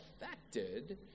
affected